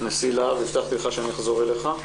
נשיא להב, הבטחתי לך שאני אחזור אליך.